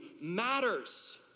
matters